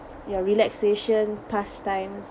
your relaxation pastimes